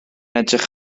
edrych